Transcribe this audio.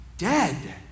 dead